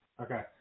Okay